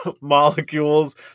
molecules